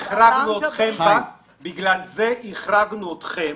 בגלל זה החרגנו אתכם